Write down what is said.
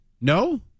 No